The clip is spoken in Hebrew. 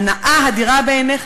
הנאה הדירה בעיניך?